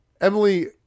Emily